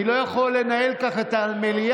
אני לא יכול לנהל ככה את המליאה.